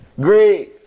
grief